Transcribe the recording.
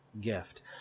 gift